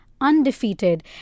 undefeated